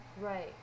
Right